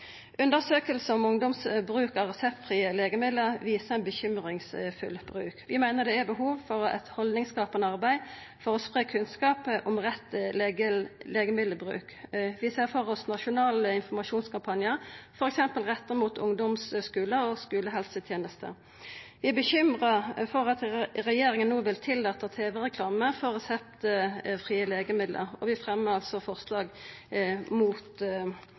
av reseptfrie legemiddel hos ungdom viser ein bekymringsfull bruk. Vi meiner det er behov for eit haldningsskapande arbeid for å spreia kunnskap om rett legemiddelbruk. Vi ser for oss nasjonale informasjonskampanjar, f.eks. retta mot ungdomsskular og skulehelsetenesta. Vi er bekymra for at regjeringa no vil tillata tv-reklame for reseptfrie legemiddel. Vi fremjar altså forslag mot